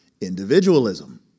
Individualism